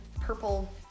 purple